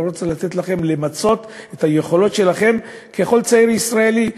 לא רוצה לתת לכם למצות את היכולות שלכם ככל צעיר ישראלי,